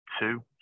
two